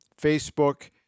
Facebook